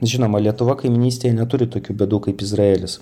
žinoma lietuva kaimynystėje neturi tokių bėdų kaip izraelis